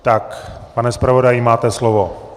Tak pane zpravodaji, máte slovo.